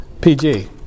PG